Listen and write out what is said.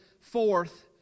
forth